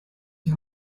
die